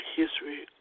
history